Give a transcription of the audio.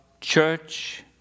church